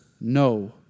no